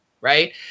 right